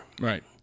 Right